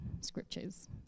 scriptures